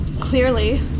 Clearly